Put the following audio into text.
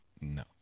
No